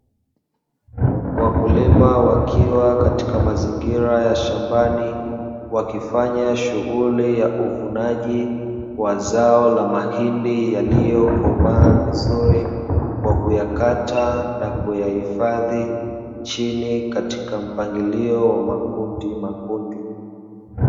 Wakulima wakiwa katika mazingira ya shambani, wakifanya shughuli ya uvunaji, wa zao la mahindi yaliyokomaa vizuri, kwa kuyakata na kuyahifadhi chini, katika mpangilio wa makundi makundi.